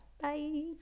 Bye